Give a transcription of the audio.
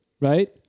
right